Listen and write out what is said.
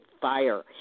fire